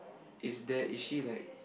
is there is she like